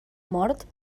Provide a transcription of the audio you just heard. mort